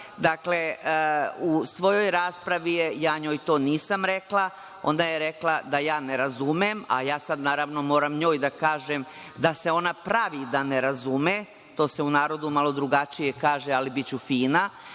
u svojoj raspravi ja njoj to nisam rekla, ona je rekla da ja ne razumem, a ja sada naravno moram njoj da kažem da se ona pravi da ne razume, to se u narodu malo drugačije kaže, ali biću fina.